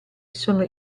sono